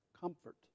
comfort